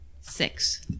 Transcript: Six